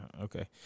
okay